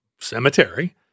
cemetery